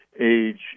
age